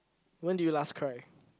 when did you last cry